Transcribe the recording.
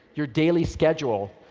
your daily schedule,